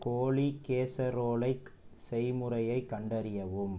கோழி கேசரோலை செய்முறையை கண்டறியவும்